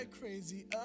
Crazy